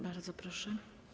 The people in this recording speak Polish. Bardzo proszę.